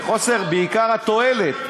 ובעיקר חוסר התועלת.